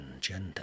gender